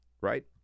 Right